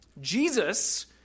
Jesus